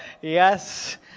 yes